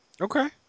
Okay